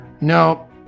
No